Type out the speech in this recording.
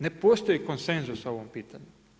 Ne postoji konsenzus po ovom pitanju.